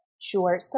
Sure